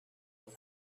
with